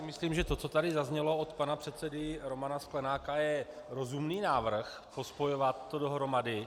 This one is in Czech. Myslím si, že to, co tady zaznělo od pana předsedy Romana Sklenáka je rozumný návrh, pospojovat to dohromady.